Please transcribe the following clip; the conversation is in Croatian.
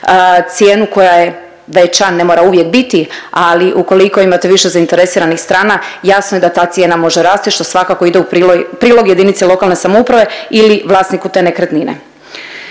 cijenu koja je veća, ne mora uvijek biti, ali ukoliko imate više zainteresiranih strana jasno je da ta cijena može rasti, što svakako ide u prilog JLS ili vlasniku te nekretnine.